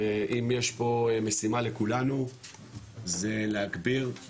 ואם יש פה משימה לכולנו זה להגביר את הדיווח